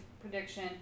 prediction